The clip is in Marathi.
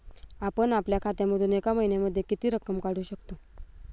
आपण आपल्या खात्यामधून एका महिन्यामधे किती रक्कम काढू शकतो?